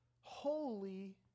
holy